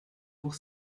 pour